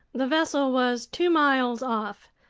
the vessel was two miles off.